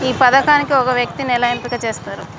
ఈ పథకానికి ఒక వ్యక్తిని ఎలా ఎంపిక చేస్తారు?